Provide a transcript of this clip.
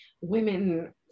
women